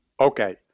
Okay